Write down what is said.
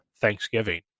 Thanksgiving